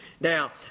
Now